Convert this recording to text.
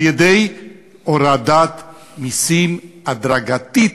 על-ידי הורדת מסים הדרגתית,